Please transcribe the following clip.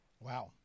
Wow